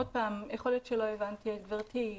יכול להיות שלא הבנתי את גברתי,